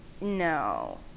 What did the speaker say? no